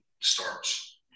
starts